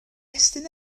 estyn